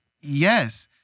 yes